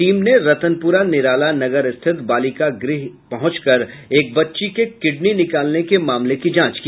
team ने रतनपुरा निराला नगर स्थित बालिका गृह पहुंचकर एक बच्ची के किडनी निकालने के मामले की जांच की